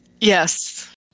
Yes